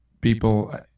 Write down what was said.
people